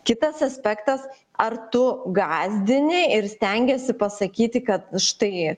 kitas aspektas ar tu gąsdini ir stengiesi pasakyti kad štai